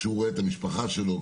כשהוא רואה את המשפחה שלו,